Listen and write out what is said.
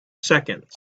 seconds